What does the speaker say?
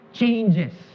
changes